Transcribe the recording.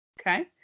okay